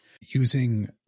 Using